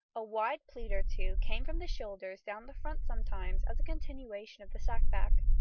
a wide pleat or two came from the shoulders down the front sometimes as a continuation of the sack-back.